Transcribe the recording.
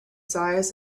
size